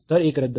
तर एक रद्द होईल